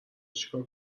چیکار